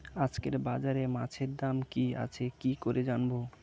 আজকে বাজারে মাছের দাম কি আছে কি করে জানবো?